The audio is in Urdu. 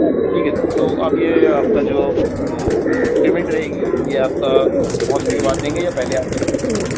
سر ٹھیک ہے سر تو اب یہ آپ کا جو پیمنٹ رہے گی یہ آپ کا پہنچنے کے بعد دیں گے یا پہلے آپ کریں گے